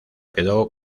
quedó